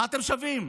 מה אתם שווים?